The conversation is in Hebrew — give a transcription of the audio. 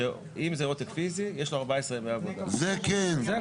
שאם זה עותק פיזי יש לו 14 ימי עבודה, זה הכל.